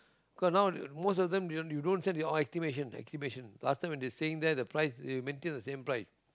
cause now most of them you don't send your e~ estimation estimation last time when they staying there it maintains the same price